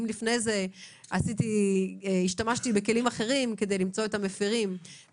האם הכלי הזה שעכשיו אנחנו מפרסמים את כל העסקים